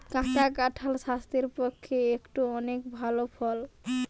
কাঁচা কাঁঠাল স্বাস্থ্যের পক্ষে একটো অনেক ভাল ফল